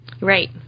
Right